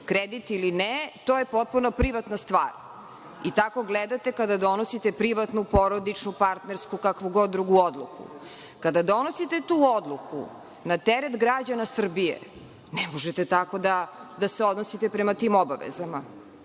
kredit ili ne, to je potpuno privatna stvar i tako gledate kada donosite privatnu, porodičnu, partnersku, kakvu god drugu odluku. Kada donosite tu odluku na teret građana Srbije ne možete tako da se odnosite prema tim obavezama. Juče